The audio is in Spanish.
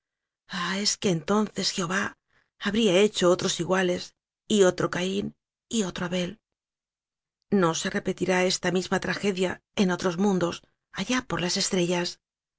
ah es que entonces jehová habría hecho otros iguales y oti'o caín y otro abel no se repetirá esta misma tragedia en otros mun idos allá por las estrellas